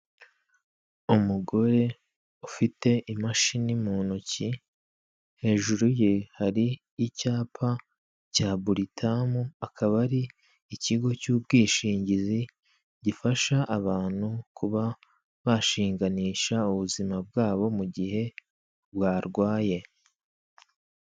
Umugore ufite imashini mu ntoki hejuru ye hari icyapa cya buriritamu akaba ari ikigo cy'ubwishingizi gifasha abantu kuba bashinganisha ubuzima bwabo mu gihe barwaye.